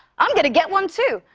i'm gonna get one too.